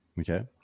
Okay